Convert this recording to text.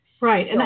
Right